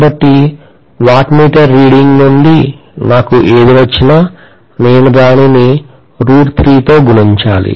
కాబట్టి wattmeter reading నుండి నాకు ఏది వచ్చినా నేను దానిని తో గుణించాలి